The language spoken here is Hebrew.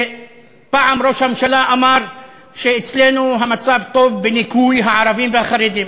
פעם ראש הממשלה אמר שאצלנו המצב טוב בניכוי הערבים והחרדים.